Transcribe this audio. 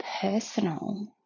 personal